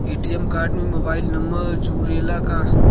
ATM card में mobile number जुरेला का?